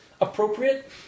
appropriate